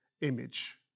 image